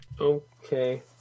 Okay